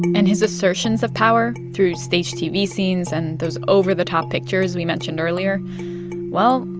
and his assertions of power through staged tv scenes and those over-the-top pictures we mentioned earlier well,